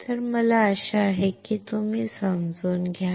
तर मला आशा आहे की तुम्ही समजून घ्याल